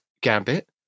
Gambit